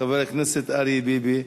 מס' 8549. חבר הכנסת אריה ביבי,